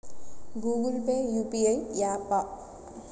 Google pay UPI య్యాపా?